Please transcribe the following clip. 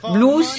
Blue